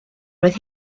roedd